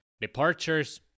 Departures